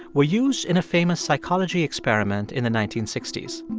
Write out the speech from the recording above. were used in a famous psychology experiment in the nineteen sixty s.